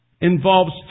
involves